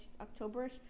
October-ish